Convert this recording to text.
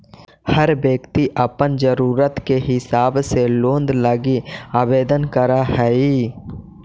हर व्यक्ति अपन ज़रूरत के हिसाब से लोन लागी आवेदन कर हई